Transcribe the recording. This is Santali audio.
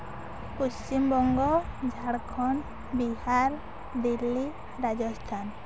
ᱯᱚᱥᱪᱤᱢᱵᱚᱝᱜᱚ ᱡᱷᱟᱲᱠᱷᱚᱱᱰ ᱵᱤᱦᱟᱨ ᱫᱤᱞᱞᱤ ᱨᱟᱡᱚᱥᱛᱷᱟᱱ